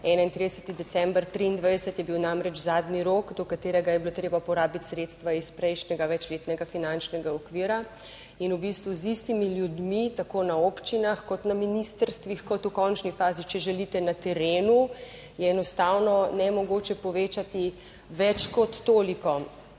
31. december 2023 je bil namreč zadnji rok, do katerega je bilo treba porabiti sredstva iz prejšnjega večletnega finančnega okvira in v bistvu z istimi ljudmi tako na občinah kot na ministrstvih kot v končni fazi, če želite na terenu, je enostavno nemogoče povečati več kot toliko